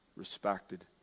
respected